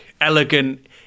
elegant